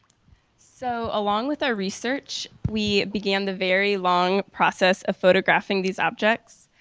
so along with our research, we began the very long process of photographing these objects.